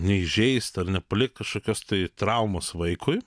neįžeist ar nepalikt kažkokios tai traumos vaikui